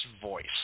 voice